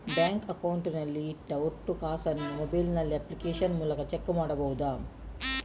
Bank account ನಲ್ಲಿ ಇಟ್ಟ ಒಟ್ಟು ಕಾಸನ್ನು ಮೊಬೈಲ್ ನಲ್ಲಿ ಅಪ್ಲಿಕೇಶನ್ ಮೂಲಕ ಚೆಕ್ ಮಾಡಬಹುದಾ?